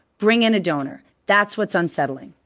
bring in a donor. that's what's unsettling.